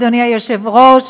אדוני היושב-ראש,